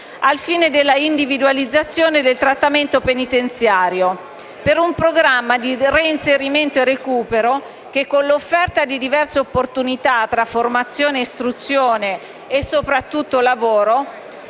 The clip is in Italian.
al fine della individualizzazione del trattamento penitenziario, per un programma di reinserimento e recupero, che con l'offerta di diverse opportunità, tra formazione, istruzione e, soprattutto, lavoro,